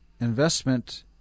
investment